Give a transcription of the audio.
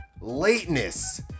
lateness